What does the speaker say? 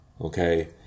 okay